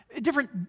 different